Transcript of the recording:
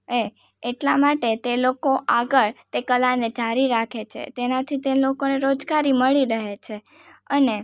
એ એટલા માટે તે લોકો આગળ એ કલાને જાળવી રાખે છે તેનાથી તે લોકોને રોજગારી મળી રહે છે અને